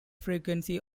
frequency